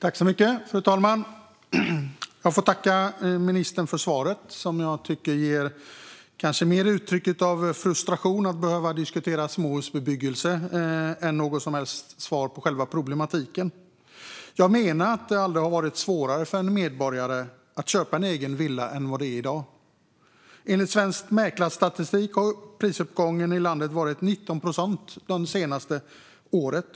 Fru talman! Jag får tacka ministern för svaret, som jag tycker kanske mer ger uttryck för frustration över att behöva diskutera småhusbebyggelse än något som helst svar gällande själva problematiken. Jag menar att det aldrig har varit svårare för en medborgare att köpa en egen villa än vad det är i dag. Enligt Svensk Mäklarstatistik har prisuppgången i landet varit 19 procent det senaste året.